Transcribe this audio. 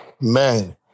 man